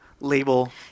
label